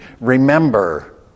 Remember